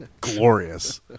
glorious